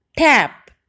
Tap